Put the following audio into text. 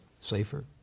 safer